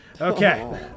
Okay